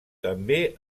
també